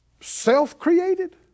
self-created